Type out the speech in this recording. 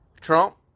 Trump